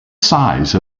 size